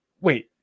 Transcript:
wait